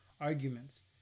arguments